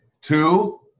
two